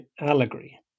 allegory